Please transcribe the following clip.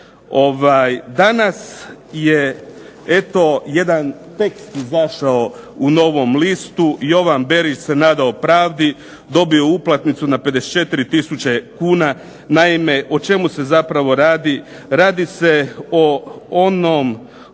Danas je jedan tekst izašao u "Novom listu": "Jovan Berić se nadao pravdi, dobio je uplatnicu na 54 tisuće kuna" Naime, o čemu se zapravo radi. Radi se o onom